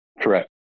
Correct